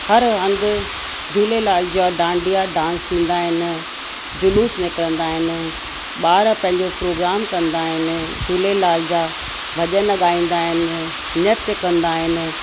हर हंधु झूलेलाल जा डांडिया डांस थींदा आहिनि जुलूस निकिरंदा आहिनि ॿार पंहिंजो प्रोग्राम कंदा आहिनि झूलेलाल जा भॼन ॻाईंदा आहिनि नृत कंदा आहिनि